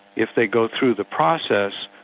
if they go through the process,